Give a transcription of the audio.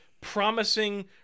promising